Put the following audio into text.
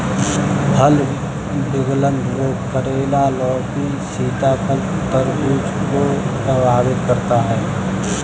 फल विगलन रोग करेला, लौकी, सीताफल, तरबूज को प्रभावित करता है